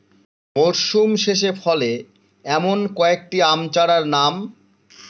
মরশুম শেষে ফলে এমন কয়েক টি আম চারার নাম?